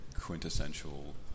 quintessential